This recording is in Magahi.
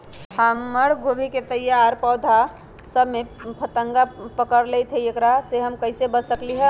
हमर गोभी के तैयार पौधा सब में फतंगा पकड़ लेई थई एकरा से हम कईसे बच सकली है?